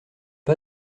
pas